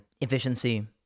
efficiency